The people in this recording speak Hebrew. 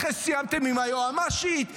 אחרי שסיימתם עם היועמ"שית,